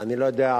אני לא יודע,